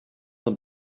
them